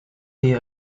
liu